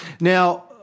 Now